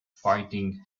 fighting